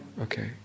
Okay